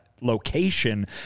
location